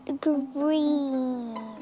green